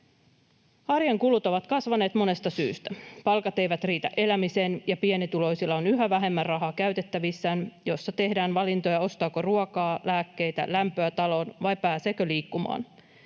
Arjen kulut ovat kasvaneet monesta syystä. Palkat eivät riitä elämiseen, ja pienituloisilla on yhä vähemmän rahaa käytettävissään — tehdään valintoja, ostaako ruokaa, lääkkeitä, lämpöä taloon vai pääseekö liikkumaan.